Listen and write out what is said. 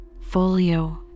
Folio